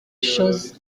chose